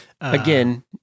again